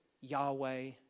Yahweh